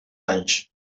anys